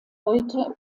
heute